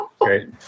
Great